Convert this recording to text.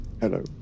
Hello